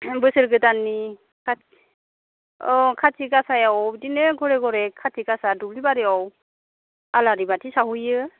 बोसोर गोदाननि कात काट्रि गासायाव बिदिनो घरे घरे काटि गासा दुब्लि बारियाव आलारि बाथि सावहैयो